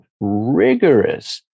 rigorous